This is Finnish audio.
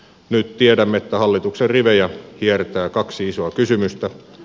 nyt tiedämme että hallituksen rivejä hiertää kaksi isoa kysymystä